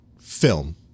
film